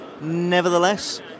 Nevertheless